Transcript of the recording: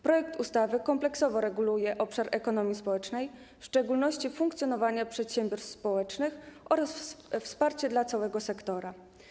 Projekt ustawy kompleksowo reguluje obszar ekonomii społecznej, w szczególności funkcjonowanie przedsiębiorstw społecznych oraz wsparcie dla całego sektora.